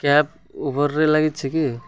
cab ଉବରରେ ଲାଗିଛି କି